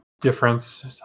difference